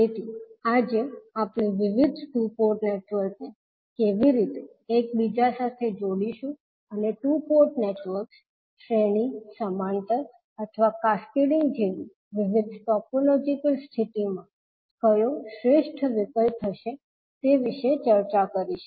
તેથી આજે આપણે વિવિધ ટુ પોર્ટ નેટવર્કને કેવી રીતે એકબીજા સાથે જોડીશું અને ટુ પોર્ટ નેટવર્ક્સ શ્રેણી સમાંતર અથવા કેસ્કેડિંગ જેવી વિવિધ ટોપોલોજીકલ સ્થિતિમાં કયો શ્રેષ્ઠ વિકલ્પ હશે તે વિશે ચર્ચા કરીશું